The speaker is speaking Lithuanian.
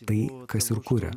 tai kas ir kuria